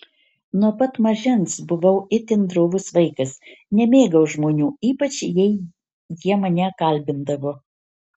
nuo pat mažens buvau itin drovus vaikas nemėgau žmonių ypač jei jie mane kalbindavo